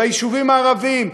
היישובים הערביים,